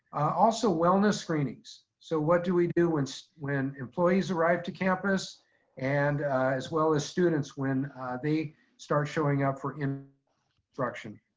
also wellness screenings. so what do we do when so when employees arrived to campus and as well as students when they start showing up for instruction.